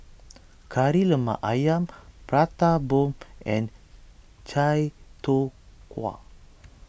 Kari Lemak Ayam Prata Bomb and Chai Tow Kway